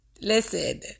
Listen